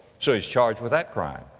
so he's charged with that crime.